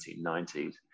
1990s